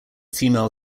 female